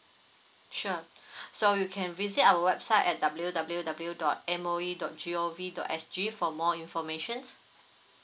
sure so you can visit our website at W W W dot M_O_E dot G_O_V dot S_G for more informations